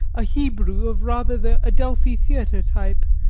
a hebrew of rather the adelphi theatre type,